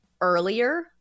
earlier